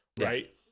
right